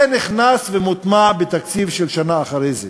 זה נכנס ומוטמע בתקציב של שנה אחרי זה.